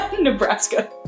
Nebraska